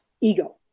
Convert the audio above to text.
ego